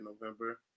november